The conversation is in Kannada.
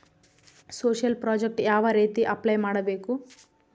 ಸೋಶಿಯಲ್ ಪ್ರಾಜೆಕ್ಟ್ ಯಾವ ರೇತಿ ಅಪ್ಲೈ ಮಾಡಬೇಕು?